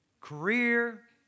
career